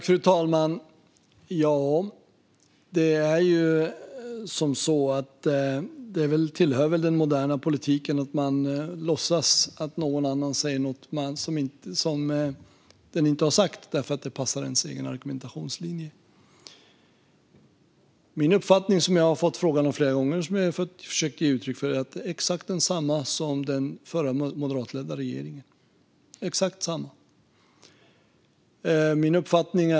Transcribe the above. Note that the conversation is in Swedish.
Fru talman! Det tillhör väl den moderna politiken att man låtsas att någon annan har sagt något den inte har sagt därför att det passar ens egen argumentationslinje. Min uppfattning, som jag har blivit tillfrågad om flera gånger och försökt ge uttryck för, är exakt densamma som den förra moderatledda regeringens.